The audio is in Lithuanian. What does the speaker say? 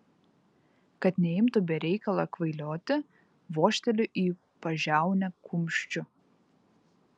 kad neimtų be reikalo kvailioti vožteliu į pažiaunę kumščiu